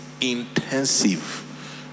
intensive